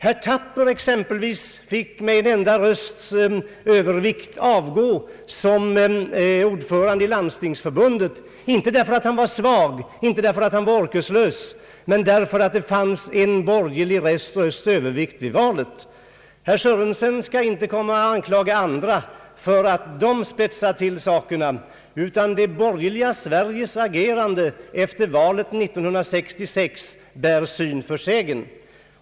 Herr ”Thapper exempelvis petades med en enda rösts övervikt som ordförande i Landstingsförbundet, inte därför att han var svag eller orkeslös utan därför att det fanns en borgerlig rösts övervikt vid valet. Herr Sörenson skall inte anklaga andra för att de spetsar till sakerna. Det borgerliga Sveriges agerande efter valet 1966 bär syn för sägen.